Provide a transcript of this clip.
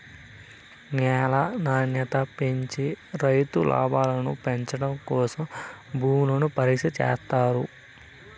న్యాల నాణ్యత పెంచి రైతు లాభాలను పెంచడం కోసం భూములను పరీక్ష చేత్తారు